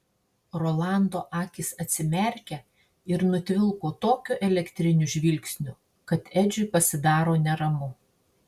rolando akys atsimerkia ir nutvilko tokiu elektriniu žvilgsniu kad edžiui pasidaro neramu